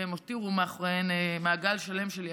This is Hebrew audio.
והן הותירו מאחוריהן מעגל שלם של יקירים,